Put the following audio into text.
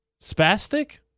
Spastic